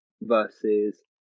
versus